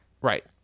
right